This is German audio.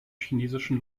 chinesischen